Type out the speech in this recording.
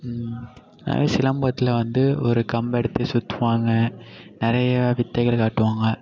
சிலம்பத்தில் வந்து ஒரு கம்பை எடுத்து சுற்றுவாங்க நிறைய வித்தைகள் காட்டுவாங்க